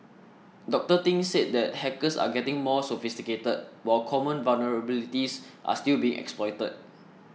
Doctor Thing said the hackers are getting more sophisticated while common vulnerabilities are still being exploited